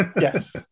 Yes